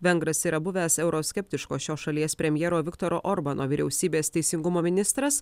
vengras yra buvęs euroskeptiškos šios šalies premjero viktoro orbano vyriausybės teisingumo ministras